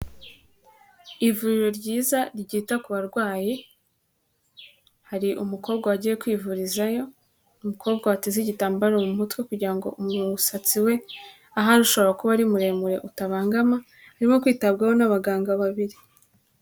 Ivuriro ryiza ryita ku barwayi, hari umukobwa wagiye kwivurizayo, umukobwa wateze igitambaro mu mutwe kugira ngo umusatsi we ahari ushobora kuba ari muremure utabangama, arimo kwitabwaho n'abaganga babiri.